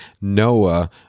Noah